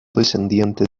descendiente